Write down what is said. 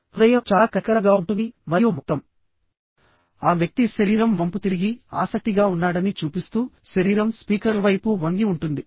హృదయం చాలా కనికరం గా ఉంటుంది మరియు మొత్తం ఆ వ్యక్తి శరీరం వంపుతిరిగి ఆసక్తిగా ఉన్నాడని చూపిస్తూ శరీరం స్పీకర్ వైపు వంగి ఉంటుంది